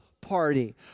party